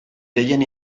gehien